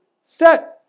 set